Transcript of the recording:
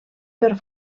per